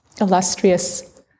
illustrious